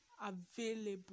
available